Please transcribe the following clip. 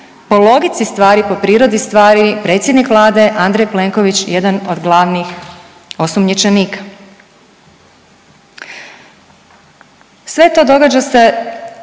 po logici stvari, po prirodi stvari predsjednik Vlade Andrej Plenković jedan od glavnih osumnjičenika. Sve to događa se